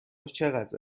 چقدر